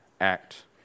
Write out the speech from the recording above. act